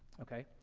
okay?